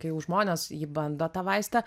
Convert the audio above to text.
kai jau žmonės jį bando tą vaistą